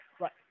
Right